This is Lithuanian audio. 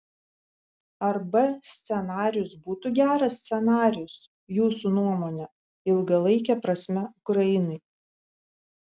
ar b scenarijus būtų geras scenarijus jūsų nuomone ilgalaike prasme ukrainai